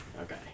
Okay